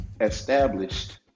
established